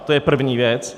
To je první věc.